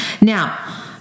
Now